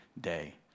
day